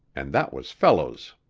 and that was fellows's.